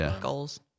Goals